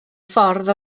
ffordd